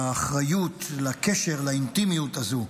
לאחריות, לקשר, לאינטימיות הזו.